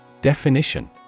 Definition